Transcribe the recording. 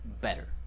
better